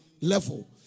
Level